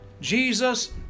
Jesus